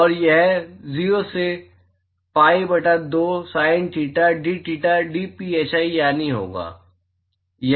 तो और यह 0 से pi बटा 2 sin theta dtheta dphi यानी होगा